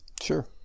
sure